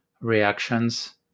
reactions